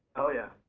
hell yeah.